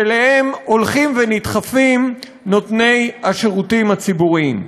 שאליהם הולכים ונדחפים נותני השירותים הציבוריים.